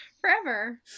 Forever